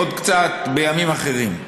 עוד קצת בימים אחרים.